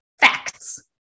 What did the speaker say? Facts